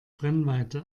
brennweite